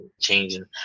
changing